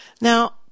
Now